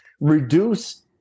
reduce